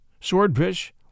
swordfish